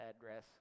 address